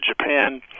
Japan